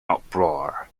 uproar